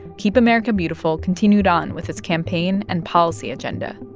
keep america beautiful continued on with its campaign and policy agenda.